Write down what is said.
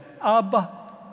Abba